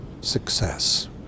success